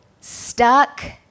stuck